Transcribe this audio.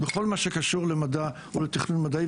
בכל מה שקשור למדע ולתכנון מדעי,